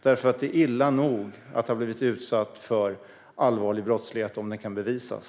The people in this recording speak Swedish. Det är illa nog att ha blivit utsatt för allvarlig brottslighet om det kan bevisas.